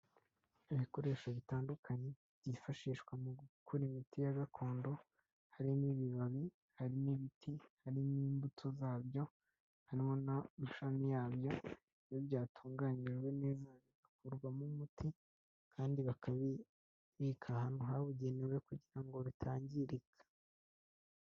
Ibikoresho bitandukanye byifashishwa mu gukora imiti ya gakondo harimo ibibabi, hari n'ibiti, hari n'imbuto zabyo, hari n'amashami yabyo. Iyo byatunganyijwe neza bigakorwarwamo umuti kandi bakabibika ahantu habugenewe kugira ngo bitangirika.